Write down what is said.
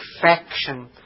perfection